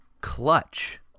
clutch